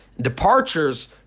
Departures